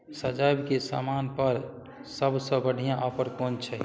सजाएबके समानपर सबसँ बढ़िआँ ऑफर कोन छै